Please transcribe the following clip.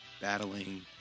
battling